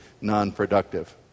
non-productive